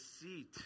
seat